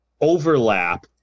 overlap